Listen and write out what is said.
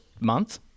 month